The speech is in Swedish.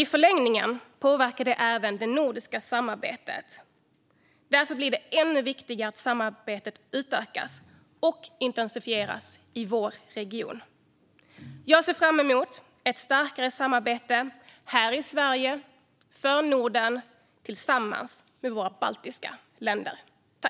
I förlängningen påverkar detta även det nordiska samarbetet. Därför blir det ännu viktigare att samarbetet utökas och intensifieras i vår region. Jag ser fram emot ett starkare samarbete här i Sverige för Norden och tillsammans med de baltiska länderna.